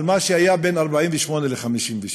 על מה שהיה בין 1948 ל-1956.